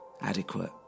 adequate